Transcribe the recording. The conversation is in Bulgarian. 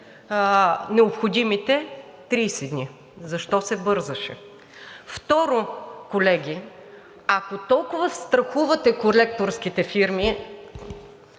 необходимите 30 дни. Защо се бързаше? Второ, колеги, ако толкова се страхувате от колекторските фирми